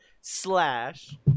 slash